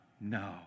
no